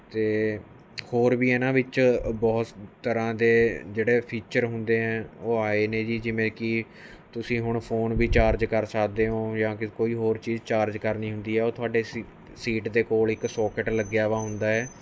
ਤੇ ਹੋਰ ਵੀ ਇਹਨਾਂ ਵਿੱਚ ਬਹੁਤ ਤਰ੍ਹਾਂ ਦੇ ਜਿਹੜੇ ਫੀਚਰ ਹੁੰਦੇ ਐ ਉਹ ਆਏ ਨੇ ਜੀ ਜਿਵੇਂ ਕੀ ਤੁਸੀਂ ਹੁਣ ਫ਼ੋਨ ਵੀ ਚਾਰਜ ਕਰ ਸਕਦੇ ਓ ਜਾਂ ਕੋਈ ਹੋਰ ਚੀਜ਼ ਚਾਰਜ ਕਰਨੀ ਹੁੰਦੀ ਆ ਉਹ ਤੁਹਾਡੇ ਸੀ ਸੀਟ ਦੇ ਕੋਲ ਇੱਕ ਸੋਕਿਟ ਲੱਗਿਆ ਵਾ ਹੁੰਦਾ ਏ